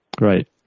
Right